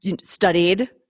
studied